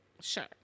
Sure